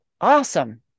Awesome